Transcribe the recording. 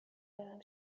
برم